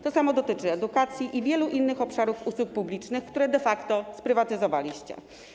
To samo dotyczy edukacji i wielu innych obszarów usług publicznych, które de facto sprywatyzowaliście.